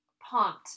pumped